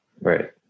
Right